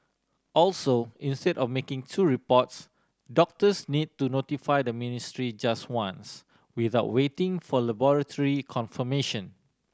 also instead of making two reports doctors need to notify the ministry just once without waiting for laboratory confirmation